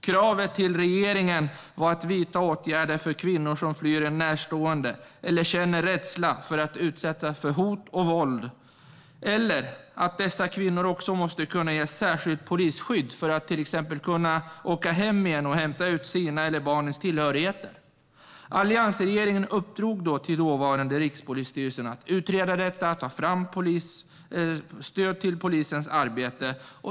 Kravet var att regeringen skulle vidta åtgärder för kvinnor som flyr en närstående eller känner rädsla för att utsättas för hot och våld. Dessa kvinnor måste kunna ges särskilt polisskydd för att till exempel kunna åka hem för att hämta sina eller barnens tillhörigheter. Alliansregeringen uppdrog till dåvarande Rikspolisstyrelsen att utreda detta och ta fram stöd för polisens arbete.